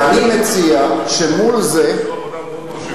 אני מציע שמול זה, הם עשו עבודה מאוד מרשימה.